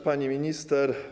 Pani Minister!